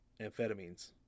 amphetamines